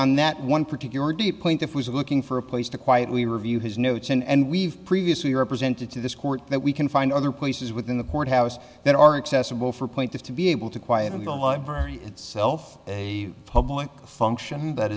on that one particular d point if we are looking for a place to quietly review his notes and we've previously represented to this court that we can find other places within the courthouse that are accessible for point to be able to quiet in the library itself a public function that